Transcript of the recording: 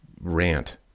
rant